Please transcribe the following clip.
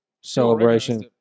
celebration